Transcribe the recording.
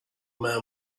man